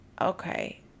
Okay